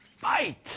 fight